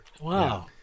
Wow